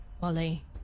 Wally